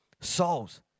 Souls